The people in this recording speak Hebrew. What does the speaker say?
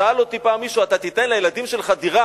שאל אותי פעם מישהו: אתה תיתן לילדים שלך דירה?